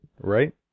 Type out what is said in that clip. right